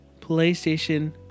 PlayStation